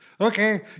Okay